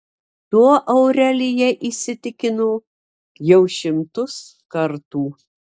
tuo aurelija įsitikino jau šimtus kartų